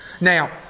Now